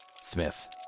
smith